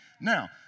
Now